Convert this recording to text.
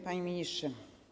Panie Ministrze!